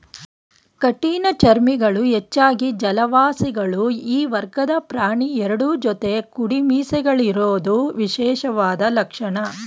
ಕಠಿಣಚರ್ಮಿಗಳು ಹೆಚ್ಚಾಗಿ ಜಲವಾಸಿಗಳು ಈ ವರ್ಗದ ಪ್ರಾಣಿ ಎರಡು ಜೊತೆ ಕುಡಿಮೀಸೆಗಳಿರೋದು ವಿಶೇಷವಾದ ಲಕ್ಷಣ